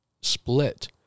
split